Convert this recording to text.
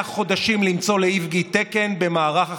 חודשים למצוא לאיבגי תקן במערך החדשות,